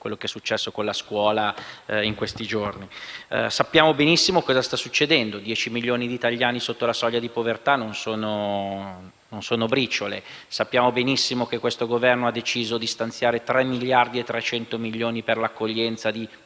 quello che è successo con la scuola in questi giorni. Sappiamo benissimo cosa sta succedendo: dieci milioni di italiani sotto la soglia di povertà non sono briciole. Sappiamo benissimo che questo Governo ha deciso di stanziare tre miliardi e 300 milioni per l'accoglienza di profughi